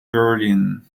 berlin